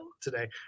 today